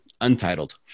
untitled